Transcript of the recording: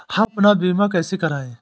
हम अपना बीमा कैसे कराए?